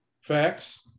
Facts